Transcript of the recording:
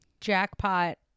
jackpot